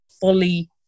fully